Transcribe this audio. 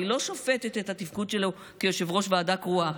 אני לא שופטת את התפקוד שלו כיושב-ראש ועדה קרואה.